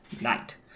night